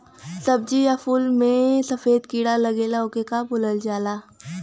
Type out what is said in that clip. सब्ज़ी या फुल में सफेद कीड़ा लगेला ओके का बोलल जाला?